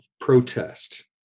protest